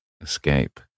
escape